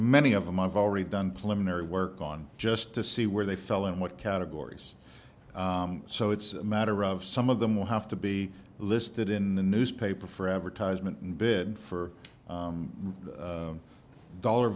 many of them i've already done plenary work on just to see where they fell and what categories so it's a matter of some of them will have to be listed in the newspaper for advertisement and bed for dollar